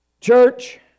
Church